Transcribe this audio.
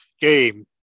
game